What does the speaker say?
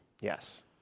Yes